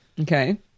Okay